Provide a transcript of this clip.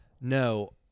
no